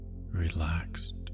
relaxed